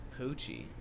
Poochie